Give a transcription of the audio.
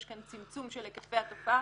יש כאן צמצום של היקפי התופעה,